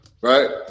right